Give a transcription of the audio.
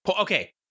Okay